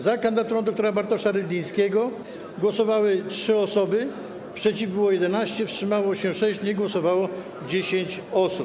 Za kandydaturą dr. Bartosza Rydlińskiego głosowały 3 osoby, przeciw było 11, wstrzymało się 6, nie głosowało 10 osób.